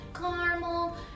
caramel